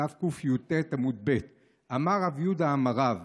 דף קי"ט עמוד ב': אמר רבי יהודה אמר רב